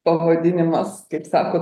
pavadinimas kaip sako